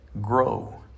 grow